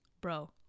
bro